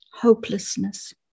hopelessness